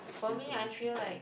get so many three points